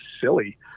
silly